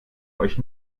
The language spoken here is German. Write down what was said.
euch